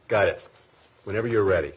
got it whenever you're ready